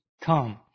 come